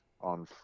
On